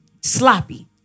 sloppy